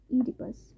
Oedipus